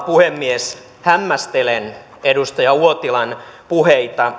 puhemies hämmästelen edustaja uotilan puheita